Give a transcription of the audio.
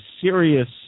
serious